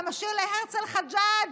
אתה משאיר להרצל חג'ג'